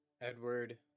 Edward